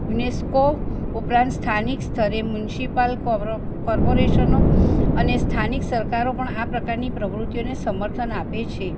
UNESCO ઉપરાંત સ્થાનિક સ્તરે મ્યુનસિપાલ કરવ કોર્પોરેશનો અને સ્થાનિક સરકારો પણ આ પ્રકારની પ્રવૃતિઓને સમર્થન આપે છે